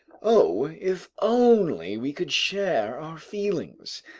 oh, if only we could share our feelings!